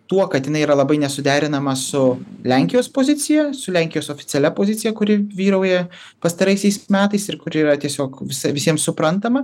tuo kad jinai yra labai nesuderinama su lenkijos pozicija su lenkijos oficialia pozicija kuri vyrauja pastaraisiais metais ir kuri yra tiesiog visa visiem suprantama